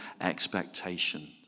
expectation